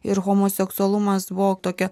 ir homoseksualumas buvo tokia